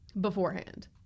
beforehand